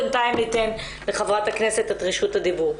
בינתיים ניתן לחברת הכנסת את רשות הדיבור.